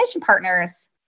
partners